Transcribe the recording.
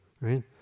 right